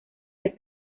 del